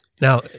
Now